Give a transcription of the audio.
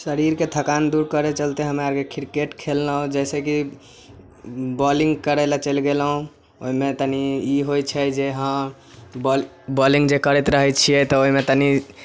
शरीरके थकान दूर करए चलते हमरा आरके क्रिकेट खेललहुॅं जैसेक बॉलिंग करैलए चलि गेलहुॅं ओहिमे तनी ई होइ छै जे हँ बौल बॉलिंग जे करैत रहै छियै तऽ ओहिमे तनी